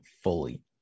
fully